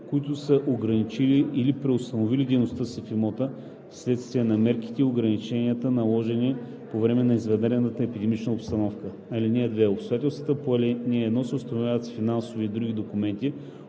които са ограничили или преустановили дейността си в имота вследствие на мерките и ограниченията, наложени по време на извънредната епидемична обстановка. (2) Обстоятелствата по ал. 1 се установяват с финансови и други документи,